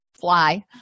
fly